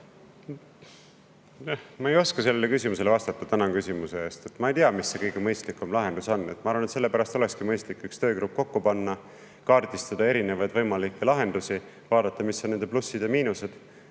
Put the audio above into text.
Ma ei oska sellele küsimusele vastata. Ma ei tea, mis see kõige mõistlikum lahendus on. Ma arvan, et sellepärast olekski mõistlik üks töögrupp kokku panna, kaardistada erinevaid võimalikke lahendusi, vaadata, mis on nende plussid ja miinused.